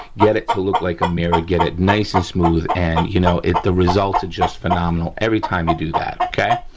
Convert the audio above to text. get it to look like a mirror, get it nice and smooth and, you know, the results are just phenomenal every time you do that, okay?